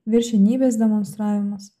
viršenybės demonstravimas